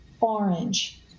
orange